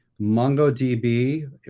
MongoDB